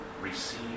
Receive